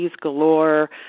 galore